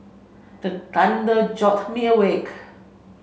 the thunder jolt me awake